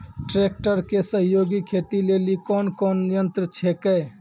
Tractor के सहयोगी खेती लेली कोन कोन यंत्र छेकै?